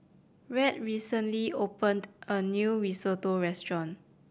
Rhett recently opened a new Risotto Restaurant